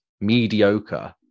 mediocre